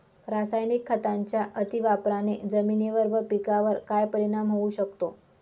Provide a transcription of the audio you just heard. रासायनिक खतांच्या अतिवापराने जमिनीवर व पिकावर काय परिणाम होऊ शकतो?